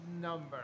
number